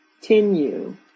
continue